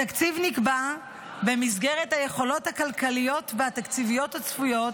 התקציב נקבע במסגרת היכולות הכלכליות והתקציביות הצפויות